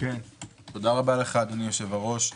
תודה רבה, אדוני היושב בראש.